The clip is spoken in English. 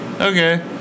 okay